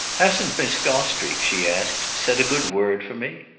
hasn't miss gostrey, she asked, said a good word for me?